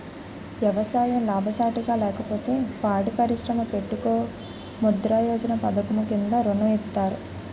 ఎవసాయం లాభసాటిగా లేకపోతే పాడి పరిశ్రమ పెట్టుకో ముద్రా యోజన పధకము కింద ఋణం ఇత్తారు